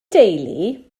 deulu